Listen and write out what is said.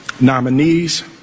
nominees